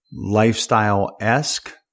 lifestyle-esque